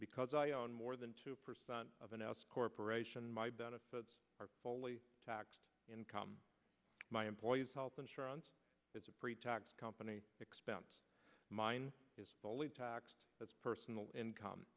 because i own more than two percent of a nest corporation my benefits are fully taxed income my employees health insurance is a pretax company expense mine is only taxed as personal income